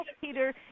Peter